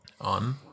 On